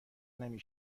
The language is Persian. نمی